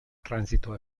transito